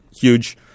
huge